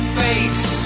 face